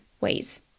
ways